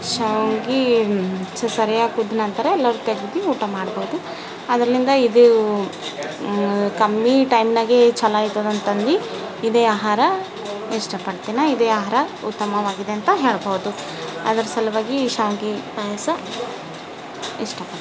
ಶಾವ್ಗೆ ಸ ಸರಿಯಾಗಿ ಕುದ್ದ ನಂತರ ಎಲ್ಲರು ತೆಗ್ದು ಊಟ ಮಾಡ್ಬೋದು ಆದ್ರ್ಲಿಂದ ಇದು ಕಮ್ಮಿ ಟೈಮ್ನಾಗೆ ಚಲೋ ಆಯ್ತದಂತಂದು ಇದೇ ಆಹಾರ ಇಷ್ಟಪಡ್ತೀನಿ ಇದೇ ಆಹಾರ ಉತ್ತಮವಾಗಿದೆ ಅಂತ ಹೇಳಬಹುದು ಅದರ ಸಲುವಾಗಿ ಶಾವ್ಗೆ ಪಾಯಸ ಇಷ್ಟಪಡ್ತೀನಿ